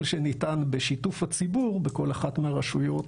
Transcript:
שניתן בשיתוף הציבור בכל אחת מהרשויות,